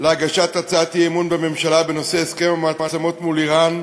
להגשת הצעת אי-אמון בממשלה בנושא הסכם המעצמות מול איראן,